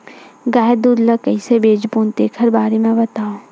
गाय दूध ल कइसे बेचबो तेखर बारे में बताओ?